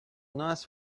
nice